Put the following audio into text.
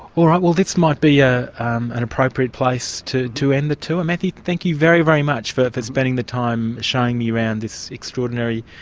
all right, well this might be ah um an appropriate place to to end the tour. matthew, thank you very, very much for for spending the time showing me around this extraordinary,